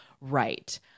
right